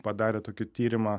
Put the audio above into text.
padarė tokį tyrimą